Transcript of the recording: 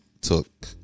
took